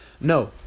No